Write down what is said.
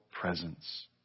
presence